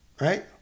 right